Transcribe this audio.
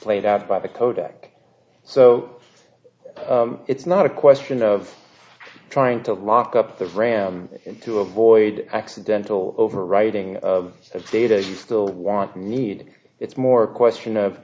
played out by the kodak so it's not a question of trying to lock up the ram to avoid accidental overwriting of the data you still want need it's more a question of